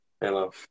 hello